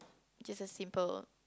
just as simple